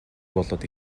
болоод